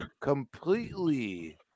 completely